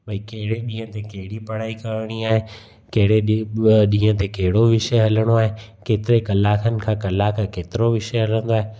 भई कहिड़े ॾींहं ते कहिड़ी पढ़ाई करिणी आहे कहिड़े ॾींहं बि ॾींहं ते कहिड़ो विषय हलिणो आहे केतिरे कलाकनि खां कलाक केतिरो विषय हलंदो आहे